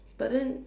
but then